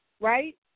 right